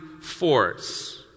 force